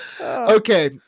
Okay